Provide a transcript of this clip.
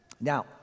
Now